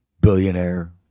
Billionaire